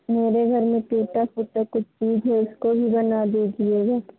मेरे घर में टूटी फूटी कुछ चीज़ है उसको भी बना दीजिएगा